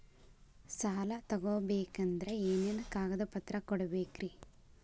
ಸಾಲ ತೊಗೋಬೇಕಂದ್ರ ಏನೇನ್ ಕಾಗದಪತ್ರ ಕೊಡಬೇಕ್ರಿ?